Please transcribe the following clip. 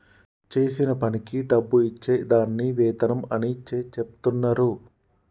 చేసిన పనికి డబ్బు ఇచ్చే దాన్ని వేతనం అని చెచెప్తున్నరు